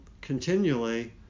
continually